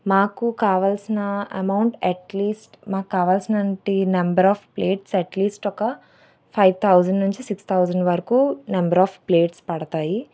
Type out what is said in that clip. మాకు కావాల్సిన amount at least మాకు కావాల్సినటువంటి నంబర్ ఆఫ్ ప్లేట్స్ ఎట్లీస్ట్ ఒక ఫైవ్ థౌజండ్ నుంచి సిక్స్ థౌజండ్ వరకు నంబర్ ఆఫ్ ప్లేట్స్ పడతాయి